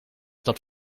dat